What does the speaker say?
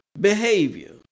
behavior